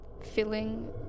Filling